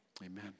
Amen